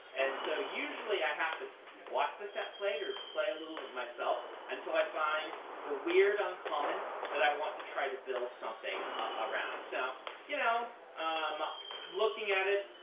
and so usually i have to watch the set play or play a little bit myself until i find the weird uncommon that i want to try to build something ah around. so you know um looking at it,